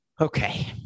Okay